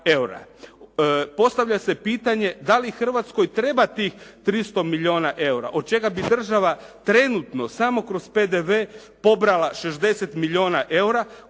Postavlja se pitanje da li Hrvatskoj treba tih 300 milijuna eura od čega bi država trenutno samo kroz PDV pobrala 60 milijuna eura